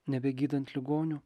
nebegydant ligonių